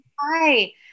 Hi